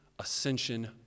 ascension